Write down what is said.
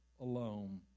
alone